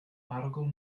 arogl